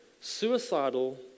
suicidal